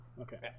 Okay